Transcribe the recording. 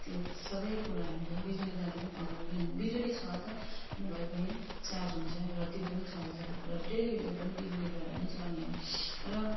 त्यो सबै कुरो हामीले बिजुलीद्वारा नै पाउँछौँ किनभने बिजुली छ त मोबाइल पनि चार्ज हुन्छ र त्यो पनि चल्छ र टेलिभिजन पनि बिजुलीद्वारा नै चल्ने हो र